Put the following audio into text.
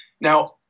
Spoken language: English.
Now